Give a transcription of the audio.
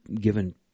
given